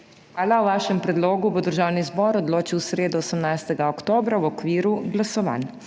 Hvala. O vašem predlogu bo Državni zbor odločil v sredo 18. oktobra v okviru glasovanj.